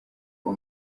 uwo